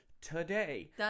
today